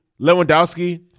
Lewandowski